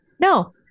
No